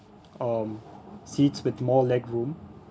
um seats with more legroom